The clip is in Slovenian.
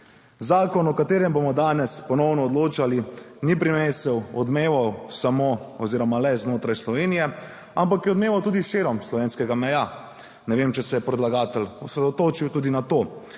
Zakon, o katerem bomo danes ponovno odločali, ni prinesel odmevov samo oziroma le znotraj Slovenije, ampak je odmeval tudi širom slovenskih meja. Ne vem, če se je predlagatelj osredotočil tudi na to.